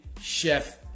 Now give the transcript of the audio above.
Chef